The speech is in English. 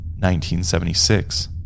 1976